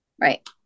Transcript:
Right